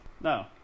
No